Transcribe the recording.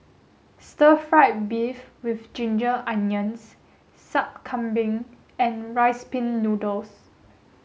stir fried beef with ginger onions sup Kambing and rice pin noodles